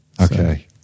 Okay